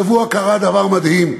השבוע קרה דבר מדהים.